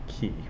key